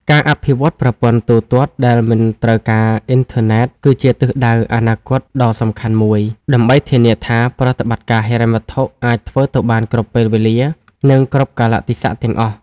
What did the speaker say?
ការអភិវឌ្ឍប្រព័ន្ធទូទាត់ដែលមិនត្រូវការអ៊ីនធឺណិត គឺជាទិសដៅអនាគតដ៏សំខាន់មួយ ដើម្បីធានាថាប្រតិបត្តិការហិរញ្ញវត្ថុអាចធ្វើទៅបានគ្រប់ពេលវេលា និងគ្រប់កាលៈទេសៈទាំងអស់។